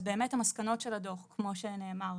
אז באמת המסקנות מהדוח, כמו שנאמר,